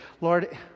Lord